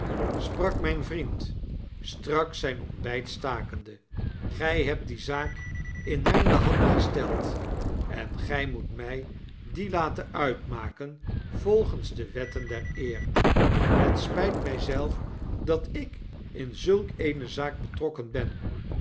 sprak myn vriend strak zijn ontbyt stakende gij hebt die zaak in myne handen gesteld en gij moet my die laten uitmaken volgens de wetten der eer het spyt my zelf dat ik in zulk eene zaak betrokken ben